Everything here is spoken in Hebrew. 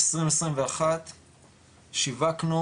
2021 שיווקנו